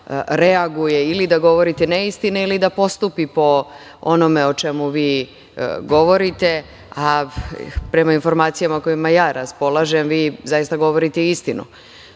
reaguje ili da govorite neistine ili da postupi po onome o čemu vi govorite. Prema informacijama koje ja raspolažem, vi zaista govorite istinu,